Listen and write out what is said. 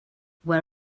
where